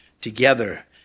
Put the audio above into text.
together